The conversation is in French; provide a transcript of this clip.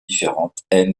différentes